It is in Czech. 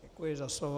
Děkuji za slovo.